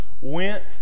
went